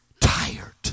Tired